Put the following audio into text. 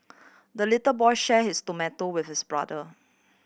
the little boy shared his tomato with his brother